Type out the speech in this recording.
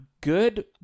good